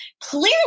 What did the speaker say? clearly